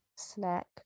snack